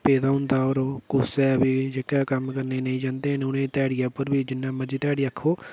पेदा होंदा ते होर ओह् कुसै बी जेह्के कम्म करने गी नेईं जंदे न उ'नेंगी ध्याड़ियै पर बी जि'न्नी मर्जी ध्याड़ी आक्खो